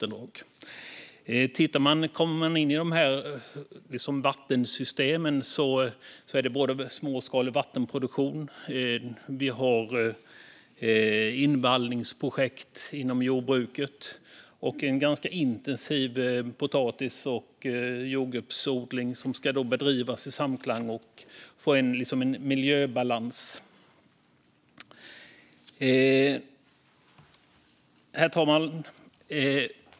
När man kommer in på det här med vattensystem kan det handla om såväl småskalig vattenproduktion och invallningsprojekt inom jordbruket som ganska intensiv potatis och jordgubbsodling som ska bedrivas i samklang och balans med miljön. Herr talman!